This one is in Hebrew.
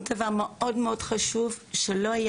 דבר נוסף מאוד מאוד חשוב הוא שלא היה